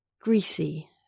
greasy